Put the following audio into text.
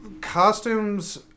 costumes